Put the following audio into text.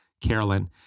Carolyn